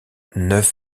neuf